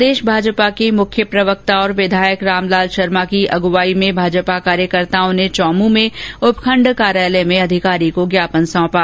प्रदेश भाजपा के मुख्य प्रवक्ता और विधायक रामलाल शर्मा की अगुवाई में भाजपा कार्यकर्ताओं ने चौमूं में उपखंड कार्यालय में अधिकारी को ज्ञापन सौंपा